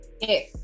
Yes